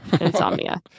insomnia